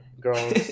girls